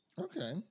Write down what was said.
okay